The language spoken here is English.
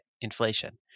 inflation